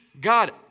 God